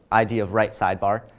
id of right sidebar,